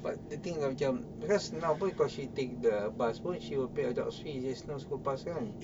but the thing kalau macam because now pun she take the bus pun she will pay adults fee just no school pass kan